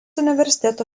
universiteto